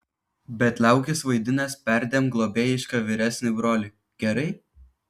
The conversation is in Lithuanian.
bet liaukis vaidinęs perdėm globėjišką vyresnį brolį gerai